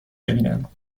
ببینم